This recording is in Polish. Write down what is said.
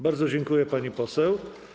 Bardzo dziękuję, pani poseł.